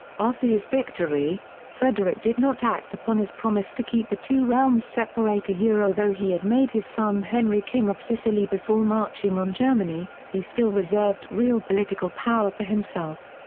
after his victory, frederick did not act upon his promise to keep the two realms separate yeah though he had made his son henry king of sicily before marching on germany, he still reserved real political power for himself.